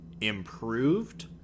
improved